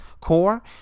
core